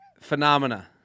phenomena